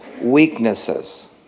weaknesses